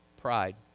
Pride